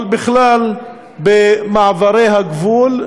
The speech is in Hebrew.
אבל בכלל במעברי הגבול,